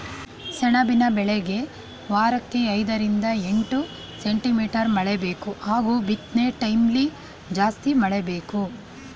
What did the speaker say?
ಸೆಣಬಿನ ಬೆಳೆಗೆ ವಾರಕ್ಕೆ ಐದರಿಂದ ಎಂಟು ಸೆಂಟಿಮೀಟರ್ ಮಳೆಬೇಕು ಹಾಗೂ ಬಿತ್ನೆಟೈಮ್ಲಿ ಜಾಸ್ತಿ ಮಳೆ ಬೇಕು